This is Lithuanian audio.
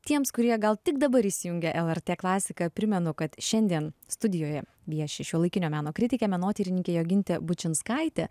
tiems kurie gal tik dabar įsijungė lrt klasiką primenu kad šiandien studijoje vieši šiuolaikinio meno kritikė menotyrininkė jogintė bučinskaitė